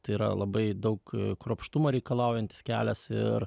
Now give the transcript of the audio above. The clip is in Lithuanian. tai yra labai daug kruopštumo reikalaujantis kelias ir